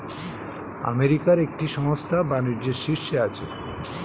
আমেরিকার একটি সংস্থা বাণিজ্যের শীর্ষে আছে